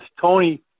Tony